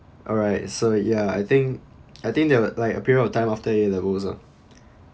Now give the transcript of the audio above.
alright so ya I think I think there were like a period of time after a levels lah